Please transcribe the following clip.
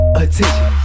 attention